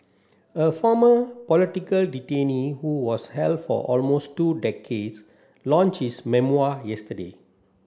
a former political detainee who was held for almost two decades launch his memoir yesterday